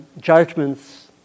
Judgments